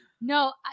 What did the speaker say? No